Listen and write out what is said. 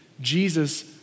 Jesus